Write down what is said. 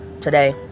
today